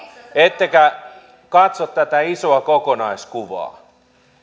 ettekä katso tätä isoa kokonaiskuvaa